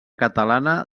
catalana